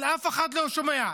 אבל אף אחד לא שומע.